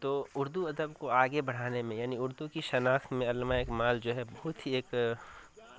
تو اردو ادب کو آگے بڑھانے میں یعنی اردو کی شناخت میں علامہ اقمال جو ہے بہت ہی ایک